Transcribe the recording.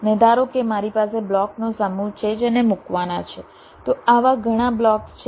અને ધારો કે મારી પાસે બ્લોકનો સમૂહ છે જેને મૂકવાનાં છે તો આવા ઘણા બ્લોક્સ છે